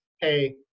hey